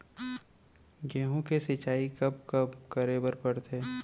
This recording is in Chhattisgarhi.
गेहूँ के सिंचाई कब कब करे बर पड़थे?